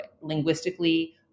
linguistically